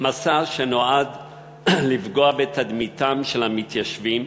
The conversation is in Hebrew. מסע שנועד לפגוע בתדמיתם של המתיישבים,